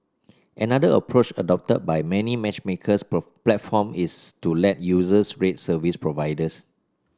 another approach adopted by many matchmaking platform is to let users rate service providers